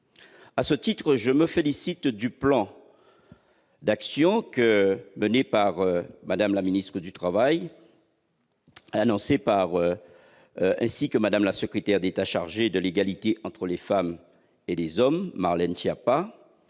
À ce titre, je me félicite du plan d'action mené par Mme la ministre du travail, ainsi que Mme la secrétaire d'État chargée de l'égalité entre les femmes et les hommes, Marlène Schiappa,